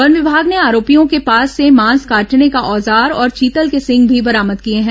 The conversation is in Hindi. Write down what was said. वन विभाग ने आरोपियों के पास से मांस काटने का औजार और चीतल के सींग भी बरामद किए हैं